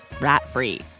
rat-free